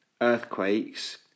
earthquakes